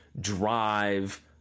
drive